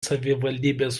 savivaldybės